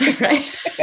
right